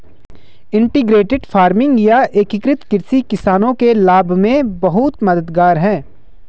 integrated farming या एकीकृत कृषि किसानों के लाभ में बहुत मददगार है